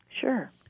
sure